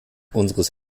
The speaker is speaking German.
unseres